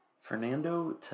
Fernando